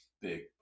Big